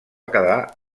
quedar